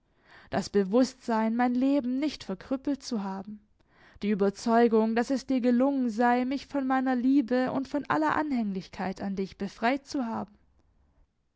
das bewußtsein mein leben nicht verkrüppelt zu haben die überzeugung daß es dir gelungen sei mich von meiner liebe und von aller anhänglichkeit an dich befreit zu haben